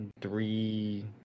three